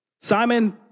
Simon